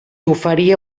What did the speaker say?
oferia